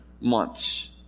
months